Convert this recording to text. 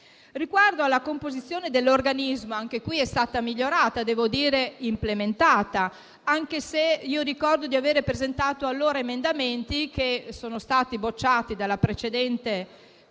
Riguardo alla composizione dell'organismo, essa è stata migliorata e implementata. Ricordo di aver presentato emendamenti che sono stati bocciati dalla precedente